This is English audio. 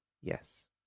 yes